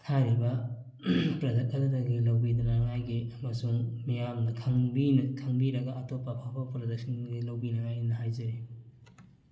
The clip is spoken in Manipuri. ꯍꯥꯏꯔꯤꯕ ꯄ꯭ꯔꯗꯛ ꯑꯗꯨꯗꯒꯤ ꯂꯧꯕꯤꯗꯅꯤꯉꯥꯏꯒꯤ ꯑꯃꯁꯨꯡ ꯃꯤꯌꯥꯝꯅ ꯈꯪꯕꯤ ꯈꯪꯕꯤꯔꯒ ꯑꯇꯣꯞꯄ ꯑꯐꯕ ꯄ꯭ꯔꯗꯛꯁꯤꯡꯗꯒꯤ ꯂꯧꯕꯤꯅꯤꯉꯥꯏꯒꯤ ꯑꯩꯅ ꯍꯥꯏꯖꯔꯤ